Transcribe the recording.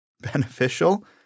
beneficial